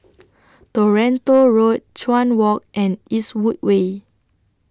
Toronto Road Chuan Walk and Eastwood Way